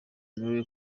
miley